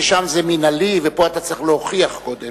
ששם זה מינהלי ופה אתה צריך להוכיח קודם,